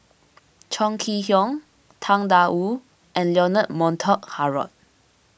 Chong Kee Hiong Tang Da Wu and Leonard Montague Harrod